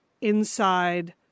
inside